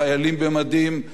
צוערים במדים,